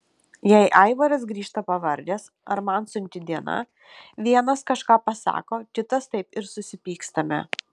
jei aivaras grįžta pavargęs ar man sunki diena vienas kažką pasako kitas taip ir susipykstame